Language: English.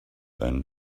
and